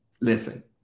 listen